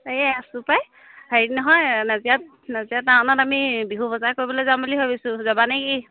এই আছোঁ পায় হেৰি নহয় নাজিৰাত নাজিয়া টাউনত আমি বিহু বজাৰ কৰিবলৈ যাম বুলি ভাবিছোঁ যাবানে কি